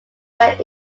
that